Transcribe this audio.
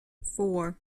four